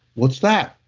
what's that?